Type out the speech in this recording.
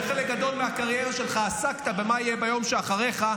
וחלק גדול מהקריירה שלך עסקת במה יהיה ביום שאחריך,